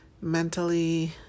mentally